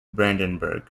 brandenburg